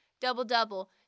double-double